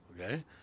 Okay